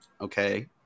okay